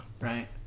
right